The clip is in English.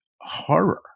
horror